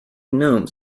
gnome